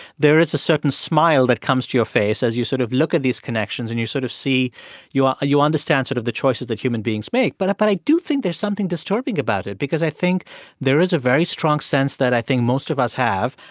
there is a certain smile that comes to your face as you sort of look at these connections and you sort of see you ah you understand sort of the choices that human beings make. but i but i do think there's something disturbing about it because i think there is a very strong sense that i think most of us have.